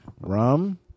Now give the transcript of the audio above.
Rum